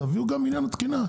תביאו גם בעניין התקינה,